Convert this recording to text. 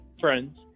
friends